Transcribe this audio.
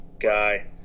guy